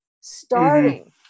starting